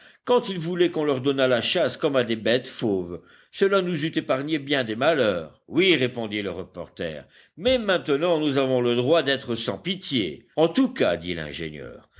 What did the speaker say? quand il voulait qu'on leur donnât la chasse comme à des bêtes fauves cela nous eût épargné bien des malheurs oui répondit le reporter mais maintenant nous avons le droit d'être sans pitié en tout cas dit l'ingénieur